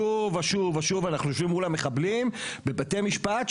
שוב ושוב ושוב אנחנו יושבים מול המחבלים בבתי משפט,